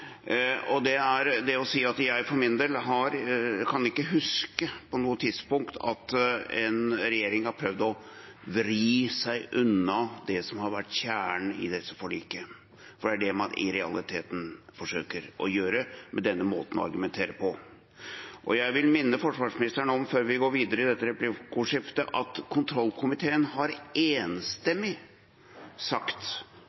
Jeg kan for min del ikke huske at en regjering på noe tidspunkt har prøvd å vri seg unna det som har vært kjernen i dette forliket, for det er det man i realiteten forsøker å gjøre med denne måten å argumentere på. Jeg vil minne forsvarsministeren om, før vi går videre i dette replikkordskiftet, at kontrollkomiteen enstemmig har